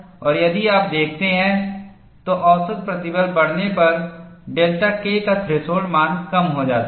और यदि आप देखते हैं तो औसत प्रतिबल बढ़ने पर डेल्टा K का थ्रेशोल्ड मान कम हो जाता है